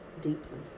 deeply